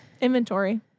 Inventory